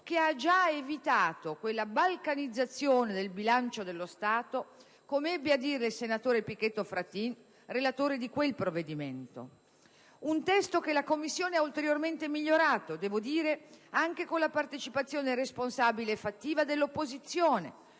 che ha già evitato quella balcanizzazione del bilancio dello Stato, come ebbe a dire il senatore Pichetto Fratin, relatore di quel provvedimento. Un testo che la Commissione ha ulteriormente migliorato, devo dire anche con la partecipazione responsabile e fattiva dell'opposizione,